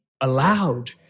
allowed